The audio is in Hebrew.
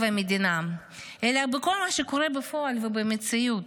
המדינה אלא בכל מה שקורה בפועל ובמציאות.